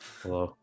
hello